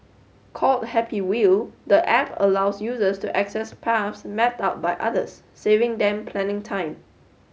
called Happy Wheel the app allows users to access path mapped out by others saving them planning time